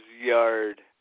yard